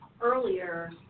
earlier